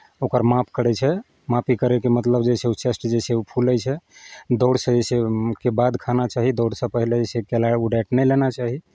ओकर माप करै छै मापी करयके मतलब जे छै ओ चेस्ट जे छै ओ फूलै छै दौड़सँ जे छै ओहिके बाद ओ खाना चाही दौड़सँ पहिले जे छै केराके ओ डाइट नहि लेना चाही